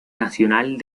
nacional